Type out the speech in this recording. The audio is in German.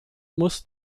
muss